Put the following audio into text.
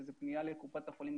שזה פנייה לקופת החולים,